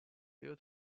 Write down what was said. due